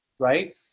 right